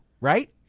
right